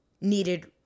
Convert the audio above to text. needed